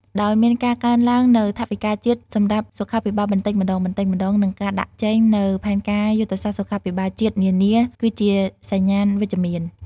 ដោយមានការកើនឡើងនូវថវិកាជាតិសម្រាប់សុខាភិបាលបន្តិចម្តងៗ និងការដាក់ចេញនូវផែនការយុទ្ធសាស្ត្រសុខាភិបាលជាតិនានា គឺជាសញ្ញាណវិជ្ជមាន។